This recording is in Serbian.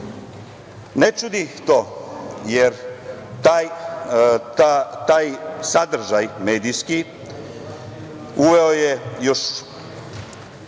čudi to, jer taj sadržaj medijski uveo je još